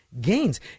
gains